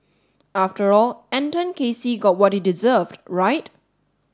after all Anton Casey got what he deserved right